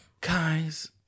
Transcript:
guys